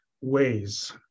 ways